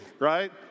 right